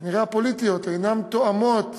כנראה הפוליטיות, אינן תואמות